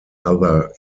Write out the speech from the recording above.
other